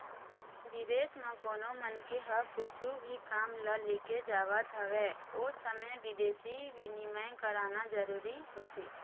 बिदेस म कोनो मनखे ह कुछु भी काम ल लेके जावत हवय ओ समे बिदेसी बिनिमय कराना जरूरी होथे